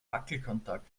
wackelkontakt